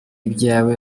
ibyawe